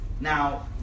now